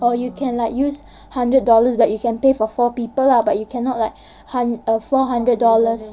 or you can like use hundred dollars but you can pay for four people lah but you cannot like hund~ err four hundred dollars